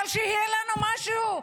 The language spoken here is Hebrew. אבל שיהיה לנו משהו,